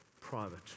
private